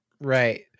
Right